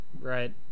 Right